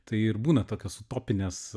tai ir būna tokios utopinės